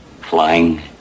Flying